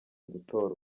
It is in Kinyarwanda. gutorwa